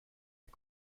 est